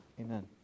Amen